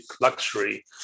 luxury